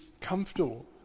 comfortable